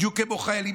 בדיוק כמו חיילים.